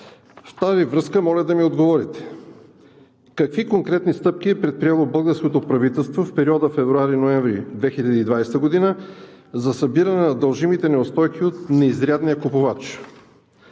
В тази връзка моля да ми отговорите: какви конкретни стъпки е предприело българското правителство в периода февруари – ноември 2020 г. за събирането на дължимите неустойки от неизрядния купувач?